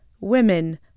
Women